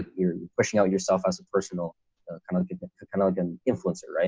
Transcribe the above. you're pushing out yourself as a personal kind of cannot be an influencer. right?